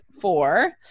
four